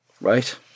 right